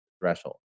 threshold